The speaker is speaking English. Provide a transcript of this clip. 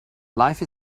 life